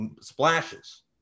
splashes